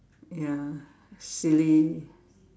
ya silly